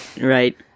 Right